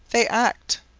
they act.